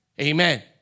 Amen